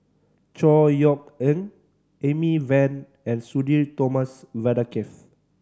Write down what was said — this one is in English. Chor Yeok Eng Amy Van and Sudhir Thomas Vadaketh